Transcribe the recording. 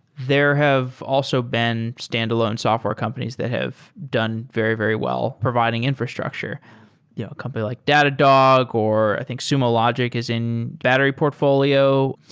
there have also been standalone software companies that have done very, very well providing infrastructure, you know a company like datadog or i think sumo logic is in battery portfolio.